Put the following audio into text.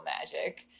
magic